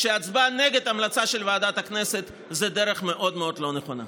שהצבעה נגד המלצה של ועדת הכנסת היא דרך מאוד מאוד לא נכונה.